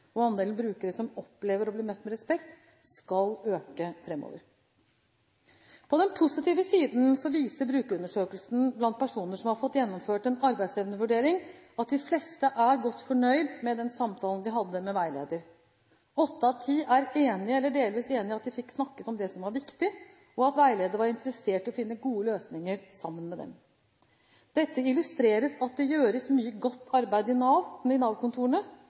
og andelen brukere som opplever å bli møtt med respekt, skal øke framover. På den positive siden viser brukerundersøkelsen blant personer som har fått gjennomført en arbeidsevnevurdering, at de fleste er godt fornøyd med den samtalen de hadde med veileder. Åtte av ti er enig i, eller delvis enig i, at de fikk snakket om det som var viktig, og at veileder var interessert i å finne gode løsninger sammen med dem. Dette illustrerer at det gjøres mye godt arbeid i